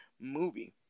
movie